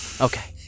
Okay